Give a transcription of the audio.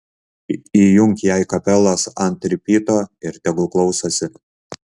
įjunk jai kapelas ant ripyto ir tegu klausosi